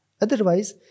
Otherwise